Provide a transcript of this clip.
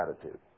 attitude